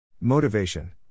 Motivation